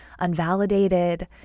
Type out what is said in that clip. unvalidated